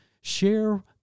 share